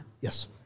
Yes